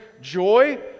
joy